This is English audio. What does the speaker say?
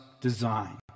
design